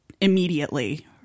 immediately